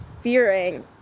fearing